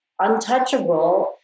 untouchable